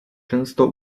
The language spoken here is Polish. często